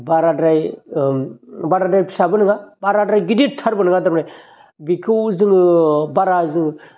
बाराद्राय बाराद्राय फिसाबो नङा बाराद्राय गिदिद थारबो नङा थारमाने बेखौ जोङो बारा जोङो